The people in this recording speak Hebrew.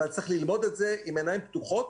אבל צריך ללמוד את זה עם עיניים פתוחות,